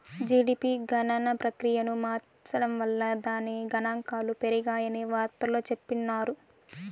GDP గణన ప్రక్రియను మార్సడం వల్ల దాని గనాంకాలు పెరిగాయని వార్తల్లో చెప్పిన్నారు